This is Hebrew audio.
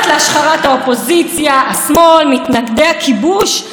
פסיקות רבות וחשובות בעצם נזרקות לפח או נחשבות